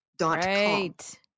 Right